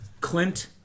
Clint